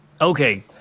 Okay